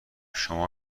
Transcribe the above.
شما